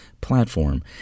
platform